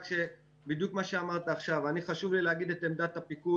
רק שבדיוק מה שאמרת עכשיו חשוב לי להגיד את עמדת הפיקוד,